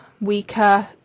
weaker